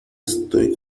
estoy